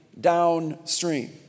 downstream